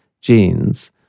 genes